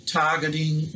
targeting